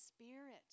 spirit